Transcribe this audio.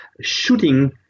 shooting